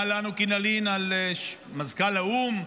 מה לנו כי נלין על מזכ"ל האו"ם,